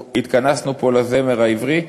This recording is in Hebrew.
התכנסנו פה לעניין הזמר העברי,